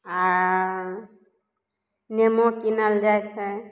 आओर नेबो कीनल जाइ छै